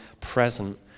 present